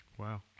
Wow